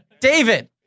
David